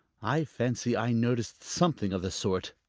i fancy i noticed something of the sort.